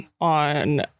on